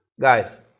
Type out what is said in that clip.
Guys